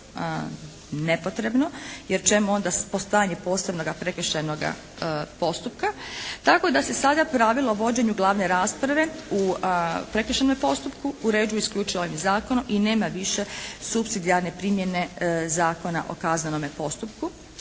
nepotrebno. Jer čemu onda …/Govornik se ne razumije./… prekršajnoga postupka? Tako da se sada pravilo o vođenju glavne rasprave u prekršajnome postupku uređuju isključivo ovim zakonom i nema više supsidijarne primjene Zakona o kaznenome postupku.